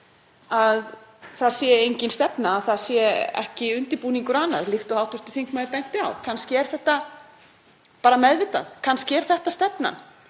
að það sé engin stefna, sé ekki undirbúningur og annað, líkt og hv. þingmaður benti á. Kannski er þetta bara meðvitað. Kannski er þetta stefnan,